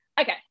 okay